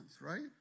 right